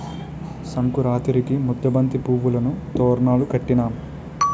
సంకురాతిరికి ముద్దబంతి పువ్వులును తోరణాలును కట్టినాం